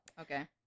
Okay